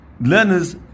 learners